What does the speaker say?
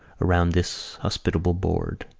around this hospitable board.